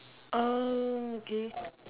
orh okay